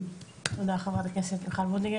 תודה, חברת הכנסת מיכל וולדיגר.